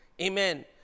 Amen